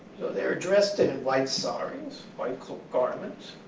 they're dressed in and white saris, white garments.